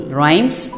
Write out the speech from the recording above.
rhymes